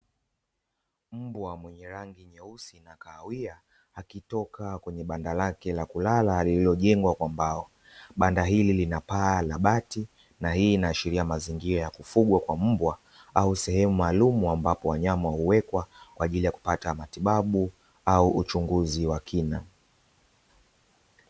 Mbwa mwenye rangi nyeusi na kahawia, akitoka kwenye banda lake la kulala lililojengwa kwa mbao, banda hili lina paa la bati na hii inaashiria mazingira ya kufugwa kwa mbwa, au sehemu maalumu ambapo wanyama huwekwa, kwa ajili ya kupata matibabu au uchunguzi wa kina.